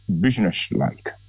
business-like